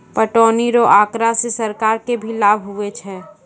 पटौनी रो आँकड़ा से सरकार के भी लाभ हुवै छै